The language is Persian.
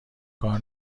کار